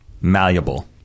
malleable